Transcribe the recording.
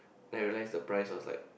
then I realised the price was like